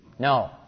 No